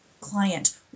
client